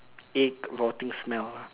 egg rotting smell lah